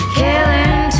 killing